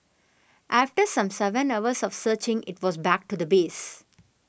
after some seven hours of searching it was back to the base